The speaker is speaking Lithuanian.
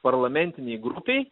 parlamentinei grupei